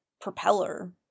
propeller